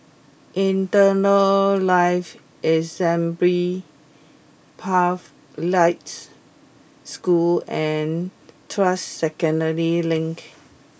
Eternal Life Assembly Pathlights School and Tuas Second Link